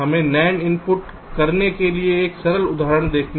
हमें NAND input करने के लिए एक सरल उदाहरण देखें